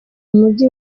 mujyi